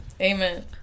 amen